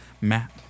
Matt